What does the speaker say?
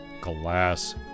glass